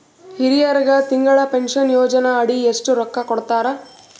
ಹಿರಿಯರಗ ತಿಂಗಳ ಪೀನಷನಯೋಜನ ಅಡಿ ಎಷ್ಟ ರೊಕ್ಕ ಕೊಡತಾರ?